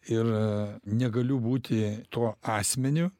ir negaliu būti tuo asmeniu